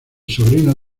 sobrino